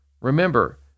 Remember